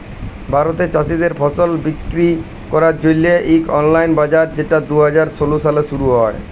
ভারতে চাষীদের ফসল বিক্কিরি ক্যরার জ্যনহে ইক অললাইল বাজার যেট দু হাজার ষোল সালে শুরু হ্যয়